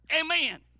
Amen